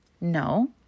No